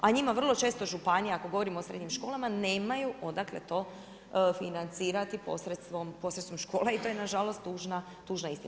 A njima vrlo često županija ako govorim o srednjim školama nemaju odakle to financirati posredstvom škole i to je na žalost tužna istina.